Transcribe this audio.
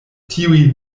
tiuj